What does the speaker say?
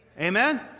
Amen